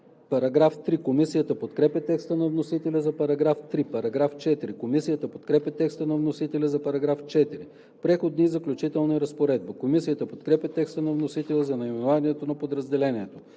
за § 2. Комисията подкрепя текста на вносителя за § 3. Комисията подкрепя текста на вносителя за § 4. „Преходни и заключителни разпоредби“. Комисията подкрепя текста на вносителя за наименованието на подразделението.